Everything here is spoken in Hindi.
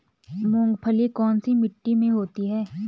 मूंगफली कौन सी मिट्टी में होती है?